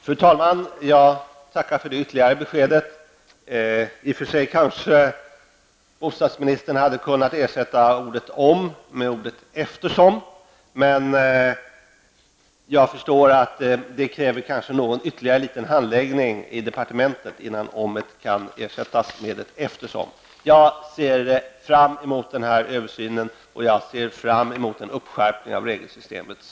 Fru talman! Jag tackar för detta ytterligare besked. Bostadsministern hade kanske kunnat ersätta ordet ''om'' med ordet ''eftersom''. Men jag förstår att det kanske kräver någon ytterligare handläggning i departementet innan ''om'' kan ersättas med ''eftersom''. Jag ser fram emot den här översynen och en skärpning av regelsystemet.